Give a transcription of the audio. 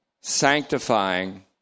sanctifying